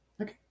Okay